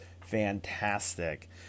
fantastic